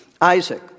Isaac